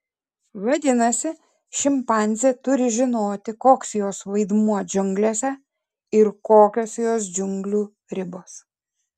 vadinasi šimpanzė turi žinoti koks jos vaidmuo džiunglėse ir kokios jos džiunglių ribos